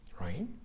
right